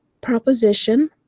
proposition